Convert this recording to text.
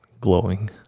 glowing